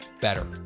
better